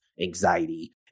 anxiety